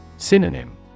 Synonym